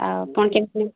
ଆଉ ତାଙ୍କେ ପୁଣି